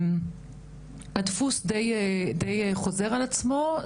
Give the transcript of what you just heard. הדפוס די חוזר על עצמו.